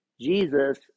Jesus